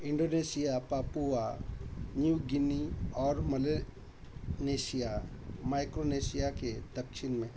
Indonesia Papua New Guinea और Malaysia Micronesia के दक्षिण में है